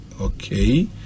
Okay